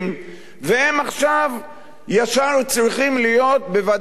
והם עכשיו ישר צריכים להיות בוועדת הכנסת.